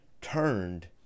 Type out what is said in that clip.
turned